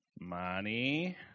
money